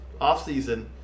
offseason